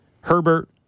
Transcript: Herbert